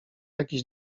jakiś